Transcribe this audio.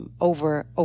over